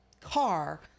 car